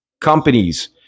companies